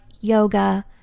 yoga